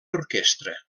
orquestra